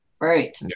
Right